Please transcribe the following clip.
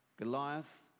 Goliath